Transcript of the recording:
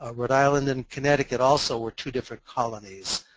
ah rhode island and connecticut also were two different colonies